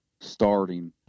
starting